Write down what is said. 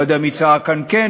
לא יודע מי צעק כאן "כן",